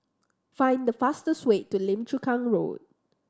find the fastest way to Lim Chu Kang Road